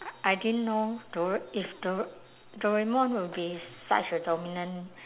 I didn't know dor~ if dor~ doraemon will be such a dominant